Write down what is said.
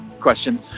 question